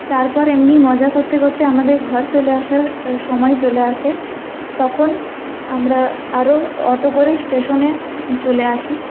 তারপর এমনি মজা করতে করতে আমাদের ঘর চলে আসার সময় চলে আসে তখন আমরা আরও অটো করে স্টেশনে চলে আসি